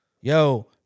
Yo